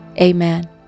amen